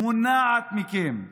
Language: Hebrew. מונעים מכם.